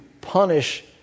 punish